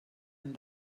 and